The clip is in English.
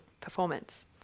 performance